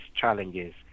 challenges